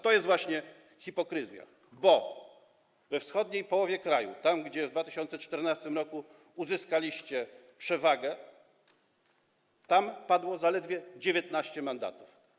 To jest właśnie hipokryzja, bo we wschodniej połowie kraju, gdzie w 2014 r. uzyskaliście przewagę, padło zaledwie 19 mandatów.